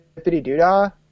Doodah